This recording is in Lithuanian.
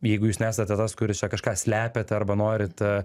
jeigu jūs nesate tas kuris čia kažką slepiate arba norite